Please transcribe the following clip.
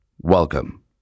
Welcome